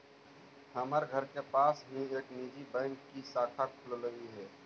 हमर घर के पास ही एक निजी बैंक की शाखा खुललई हे